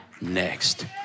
next